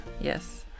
Yes